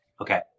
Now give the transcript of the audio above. Okay